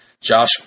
Josh